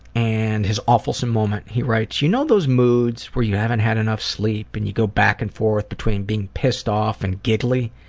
and his awfulsome moment, he writes you know those moods, where you haven't had enough sleep, and you go back and forth between being pissed off and giggly?